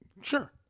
Sure